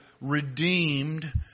redeemed